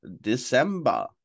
December